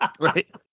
right